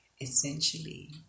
Essentially